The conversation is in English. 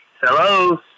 Hello